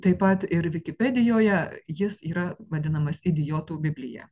taip pat ir vikipedijoje jis yra vadinamas idiotų biblija